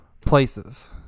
places